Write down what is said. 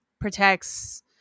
protects